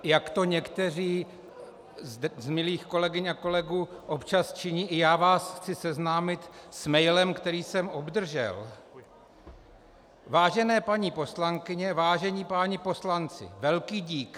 Jak to někteří z milých kolegyň a kolegů občas činí, i já vás chci seznámit s mailem, který jsem obdržel: Vážené paní poslankyně, vážení páni poslanci, velký dík.